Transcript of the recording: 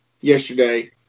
yesterday